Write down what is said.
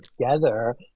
together